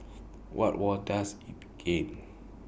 what were does he